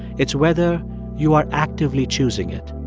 it's whether you are actively choosing it.